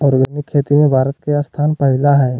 organic खेती में भारत के स्थान पहिला हइ